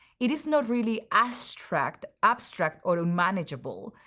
it is not really abstract abstract or unmanageable.